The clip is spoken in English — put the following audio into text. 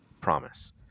promise